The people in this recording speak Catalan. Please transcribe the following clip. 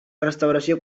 restauració